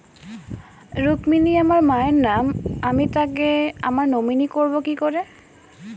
রুক্মিনী আমার মায়ের নাম আমি তাকে আমার নমিনি করবো কি করে?